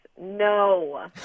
No